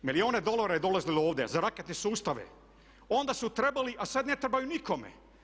Milijune dolara je dolazilo ovdje za raketne sustav, onda su trebali a sada ne trebaju nikome.